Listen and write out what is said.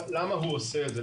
למה הוא עושה את זה?